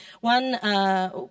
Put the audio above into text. One